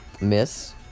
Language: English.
Miss